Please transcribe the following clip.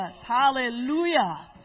Hallelujah